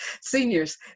seniors